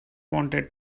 wanted